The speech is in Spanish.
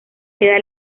queda